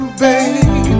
baby